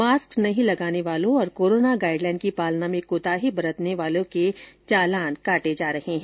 mask नहीं लगाने वालों और कोरोना गाइड लाइन की पालना में कोताही बरतने वालों के चालान काटे जा रहे हैं